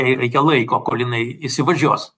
jai reikia laiko kol jinai įsivažiuos